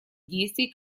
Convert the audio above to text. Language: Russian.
действий